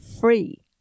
free